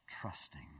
Trusting